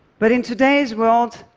but in today's world,